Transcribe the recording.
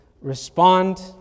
respond